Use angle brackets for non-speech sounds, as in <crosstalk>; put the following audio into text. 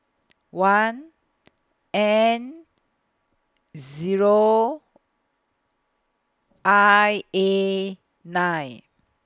<noise> one <noise> N Zero I A nine